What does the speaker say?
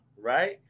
right